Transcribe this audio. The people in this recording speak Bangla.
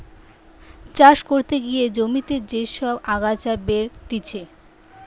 চাষ করতে গিয়ে জমিতে যে সব আগাছা বেরতিছে